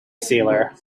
sealer